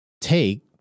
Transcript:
take